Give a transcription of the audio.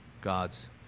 God's